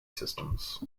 systems